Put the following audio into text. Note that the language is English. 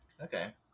Okay